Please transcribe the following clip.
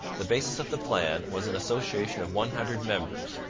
the basis of the plan was an association of one hundred members,